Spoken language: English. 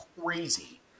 crazy